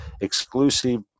exclusive